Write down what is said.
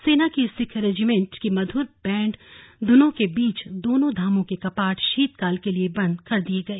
सेना की सिख रेजिमेंट की मधुर बैंड धुनों के बीच दोनो धामो के कपाट शीतकाल के लिये बंद कर दिये गए